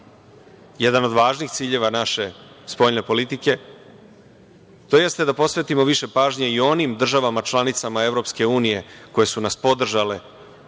jedan od važnih ciljeva naše spoljne politike, to jeste da posvetimo više pažnje i onim državama članicama EU koje su nas podržale